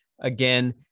again